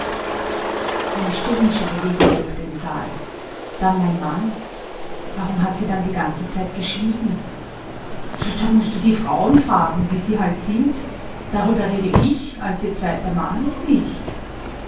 eine stürmische bewegung durch den saal dann mein mann warum hat sie dann die ganze zeit geschwiegen da muht du die frauen fragen wie sie halt sind darüber rede ich als ihr zweiter mann nicht